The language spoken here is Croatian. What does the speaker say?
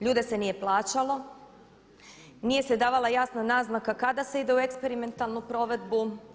Ljude se nije plaćalo, nije se davala jasna naznaka kada se ide u eksperimentalnu provedbu.